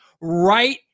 right